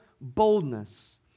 boldness